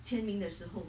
签名的时候